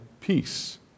peace